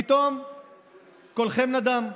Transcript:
פתאום קולכם נדם,